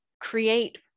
create